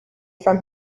from